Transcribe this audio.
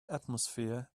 atmosphere